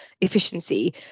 efficiency